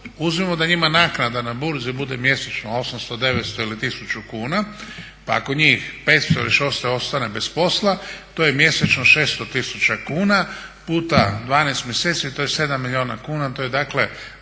uzmimo da njima naknada na burzi bude mjesečno 800, 900 ili tisuću kuna pa ako njih 500 … još ostane bez posla, to je mjesečno 600 tisuća kuna puta 12 mjeseci, to je 7 milijuna kuna to je dakle